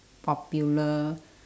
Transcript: popular